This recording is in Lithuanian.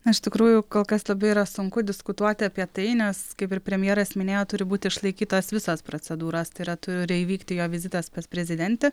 na iš tikrųjų kol kas labai yra sunku diskutuoti apie tai nes kaip ir premjeras minėjo turi būti išlaikytos visos procedūros tai yra turi įvykti jo vizitas pas prezidentę